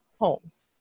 homes